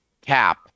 cap